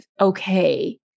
okay